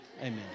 Amen